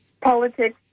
politics